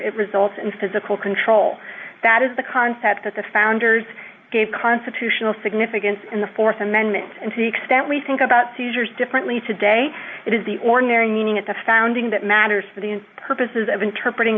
it's in physical control that is the concept that the founders gave constitutional significance in the th amendment and to the extent we think about seizures differently today it is the ordinary meaning at the founding that matters for the purposes of interpreting